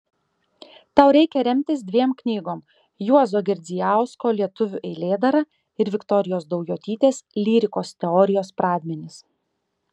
tau reikia remtis dviem knygom juozo girdzijausko lietuvių eilėdara ir viktorijos daujotytės lyrikos teorijos pradmenys